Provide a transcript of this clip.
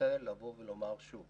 רוצה לומר שוב